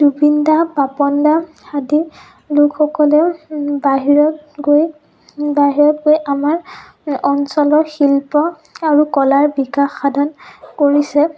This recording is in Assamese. জুবিন দা পাপন দা আদি লোকসকলেও বাহিৰত গৈ বাহিৰত গৈ আমাৰ অঞ্চলৰ শিল্প আৰু কলাৰ বিকাশ সাধন কৰিছে